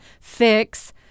fix